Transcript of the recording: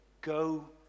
Go